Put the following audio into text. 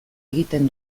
egiten